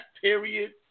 Period